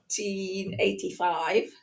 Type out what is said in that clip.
1985